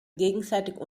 gegenseitig